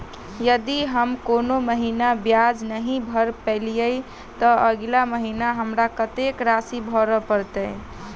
यदि हम कोनो महीना ब्याज नहि भर पेलीअइ, तऽ अगिला महीना हमरा कत्तेक राशि भर पड़तय?